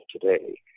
today